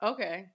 Okay